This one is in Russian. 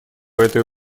этой